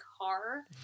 car